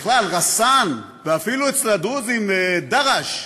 בכלל, רסאן, ואפילו אצל הדרוזים דרעש,